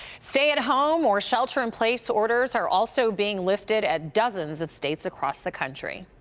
stay at home or shelter in place orders are also being lifted at dozens of states across the country.